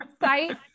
site